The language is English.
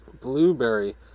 Blueberry